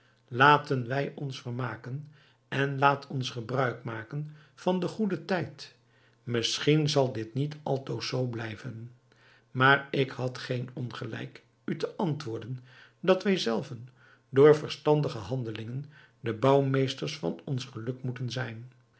laten wij ons vermaken en laat ons gebruik maken van den goeden tijd misschien zal dit niet altoos zoo blijven maar ik had geen ongelijk u te antwoorden dat wij zelven door verstandige handelingen de bouwmeesters van ons geluk moeten zijn